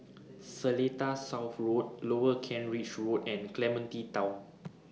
Seletar South Road Lower Kent Ridge Road and Clementi Town